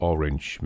Orange